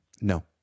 No